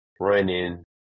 running